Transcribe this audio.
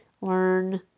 learn